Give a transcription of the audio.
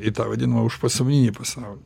į tą vadinamą užpasąmoninį pasaulį